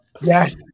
Yes